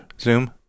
zoom